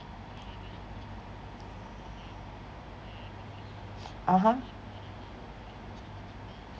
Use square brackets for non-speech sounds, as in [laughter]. [noise] (uh huh)